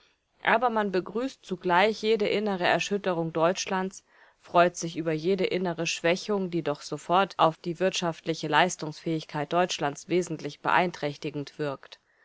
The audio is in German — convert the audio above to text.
aber man begrüßt zugleich jede innere erschütterung deutschlands freut sich über jede innere schwächung die doch sofort auf die wirtschaftliche leistungsfähigkeit deutschlands wesentlich beeinträchtigend wirkt